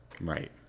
Right